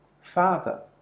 Father